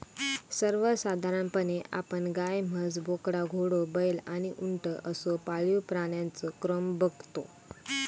सर्वसाधारणपणे आपण गाय, म्हस, बोकडा, घोडो, बैल आणि उंट असो पाळीव प्राण्यांचो क्रम बगतो